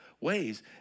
ways